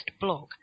blog